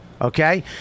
Okay